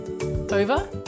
Over